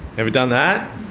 ever done that?